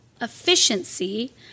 efficiency